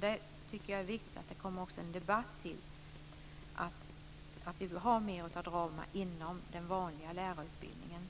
Det är viktigt att det blir en debatt om mer drama inom den vanliga lärarutbildningen.